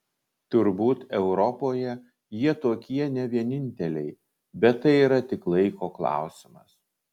turbūt europoje jie tokie ne vieninteliai bet tai yra tik laiko klausimas